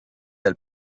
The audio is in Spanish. del